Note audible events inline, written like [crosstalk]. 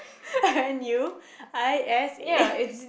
[laughs] N U I S A